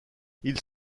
ils